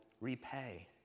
repay